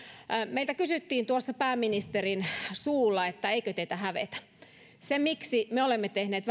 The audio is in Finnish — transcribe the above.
meiltä kysyttiin tuossa pääministerin suulla että eikö teitä hävetä se miksi me olemme tehneet